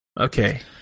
Okay